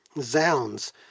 Zounds